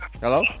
Hello